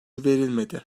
verilmedi